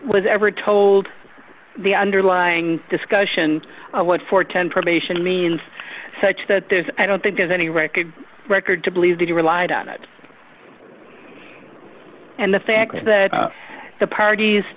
was ever told the underlying discussion of what for ten probation means such that there's i don't think there's any record record to believe that he relied on it and the fact that the parties